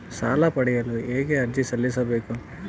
ಸಾಲ ಪಡೆಯಲು ಹೇಗೆ ಅರ್ಜಿ ಸಲ್ಲಿಸಬೇಕು?